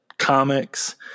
comics